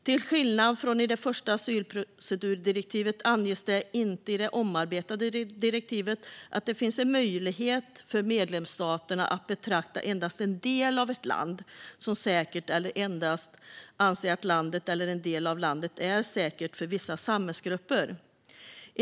Till skillnad från i det första asylprocedurdirektivet anges det inte i det omarbetade direktivet att det finns en möjlighet för medlemsstaterna att betrakta endast en del av ett land som säkert eller att anse att landet - eller en del av landet - endast är säkert för vissa samhällsgrupper.